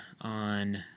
on